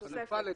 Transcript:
תוספת.